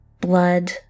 blood